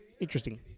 Interesting